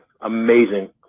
amazing